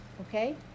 okay